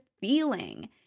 feeling